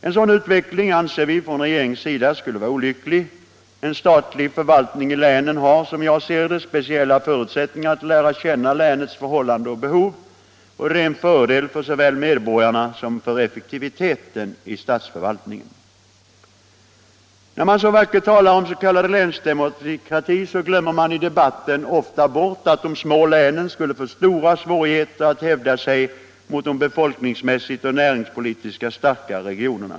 En sådan utveckling anser vi från regeringens sida skuile vara olycklig. En statlig förvaltning i länen har, som jag ser det, speciella förutsättningar att lära känna länets förhållanden och behov. Detta är en fördel såväl för medborgarna som för effektiviteten i statsförvaltningen. När man så vackert talar om s.k. länsdemokrati glöms ofta i debatten bort att de små länen skulle få stora svårigheter att hävda sig mot de befolkningsmässigt och näringspolitiskt starkare regionerna.